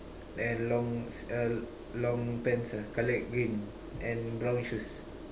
and long uh long pants ah colored green and brown shoes